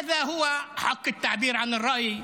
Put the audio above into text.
זו הזכות לחופש הביטוי,